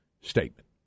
statement